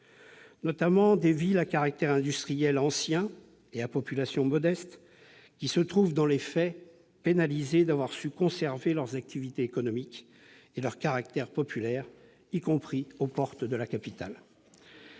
notamment à certaines villes à caractère industriel ancien et à population modeste, qui sont, dans les faits, pénalisées d'avoir su conserver leurs activités économiques et leur caractère populaire, y compris aux portes de la capitale.